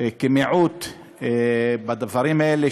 כמיעוט בדברים האלה,